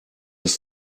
ist